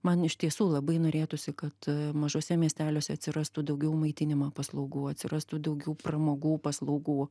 man iš tiesų labai norėtųsi kad mažuose miesteliuose atsirastų daugiau maitinimo paslaugų atsirastų daugiau pramogų paslaugų